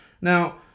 Now